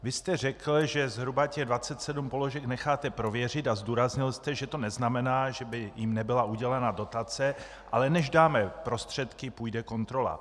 Vy jste řekl, že zhruba těch 27 položek necháte prověřit, a zdůraznil jste, že to neznamená, že by jim nebyla udělena dotace, ale než dáme prostředky, půjde kontrola.